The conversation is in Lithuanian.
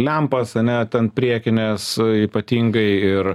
lempas ane ten priekines ypatingai ir